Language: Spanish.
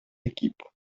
equipo